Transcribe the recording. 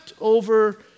over